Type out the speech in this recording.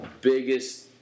biggest